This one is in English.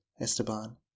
Esteban